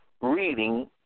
reading